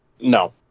no